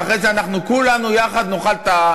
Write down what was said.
ואחרי זה כולנו יחד נאכל את,